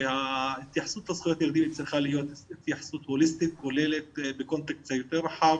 שההתייחסות לזכויות ילדים צריכה להיות הוליסטית וכוללת בקונטקסט יותר רחב